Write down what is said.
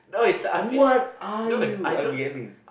what are you I will be ending